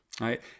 right